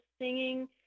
singing